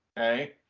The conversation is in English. okay